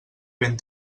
ben